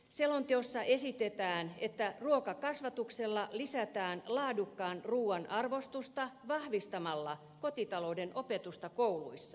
selonteossa esitetään että ruokakasvatuksella lisätään laadukkaan ruuan arvostusta vahvistamalla kotitalouden opetusta kouluissa